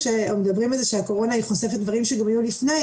מדברים על זה שהקורונה חושפת דברים שגם היו לפני,